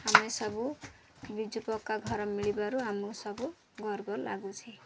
ଆମେ ସବୁ ବିଜୁ ପକ୍କା ଘର ମିଳିବାରୁ ଆମକୁ ସବୁ ଗର୍ବ ଲାଗୁଛି